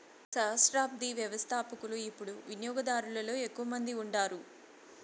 సహస్రాబ్ది వ్యవస్థపకులు యిపుడు వినియోగదారులలో ఎక్కువ మంది ఉండారు